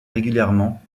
régulièrement